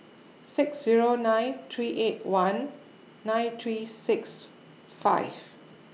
six Zero nine three eight one nine three six five